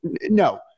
no